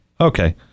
Okay